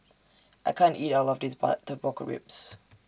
I can't eat All of This Butter Pork Ribs